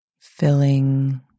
filling